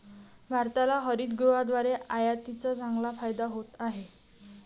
भारताला हरितगृहाद्वारे आयातीचा चांगला फायदा होत आहे